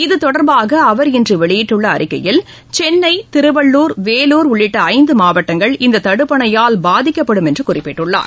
இத்தொடர்பாக அவர் இன்று வெளியிட்டுள்ள அறிக்கையில் சென்னை திருவள்ளுர் வேலூர் உள்ளிட்ட ஐந்து மாவட்டங்கள் இந்த தடுப்பணையால் பாதிக்கப்படும் என்று குறிப்பிட்டுள்ளார்